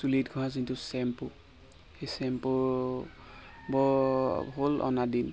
চুলিত ঘঁহা যোনটো শ্ৱেম্পু সেই শ্ৱেম্পু হ'ল অনা দিন